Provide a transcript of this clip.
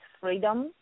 freedom